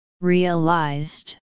Realized